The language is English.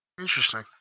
Interesting